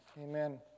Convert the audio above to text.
amen